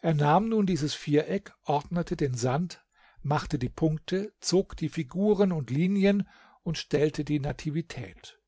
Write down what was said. er nahm nun dieses viereck ordnete den sand machte die punkte zog die figuren und linien und stellte die nativität